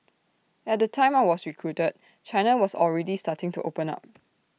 at the time I was recruited China was already starting to open up